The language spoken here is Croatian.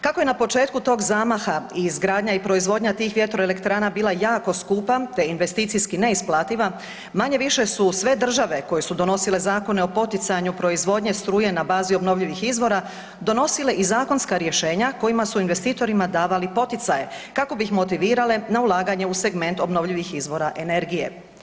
Kako je na početku tog zamaha izgradnja i proizvodnja tih vjetroelektrana bila jako skupa te investicijski neisplativa manje-više su sve države koje su donosile zakona o poticanju proizvodnje struje na bazi obnovljivih izvora donosile i zakonska rješenja kojima su investitorima davali poticaje kako bi ih motivirale na ulaganje u segment obnovljivih izvora energije.